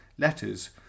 letters